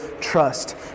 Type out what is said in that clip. trust